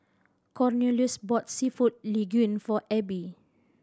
Cornelius bought Seafood Linguine for Ebbie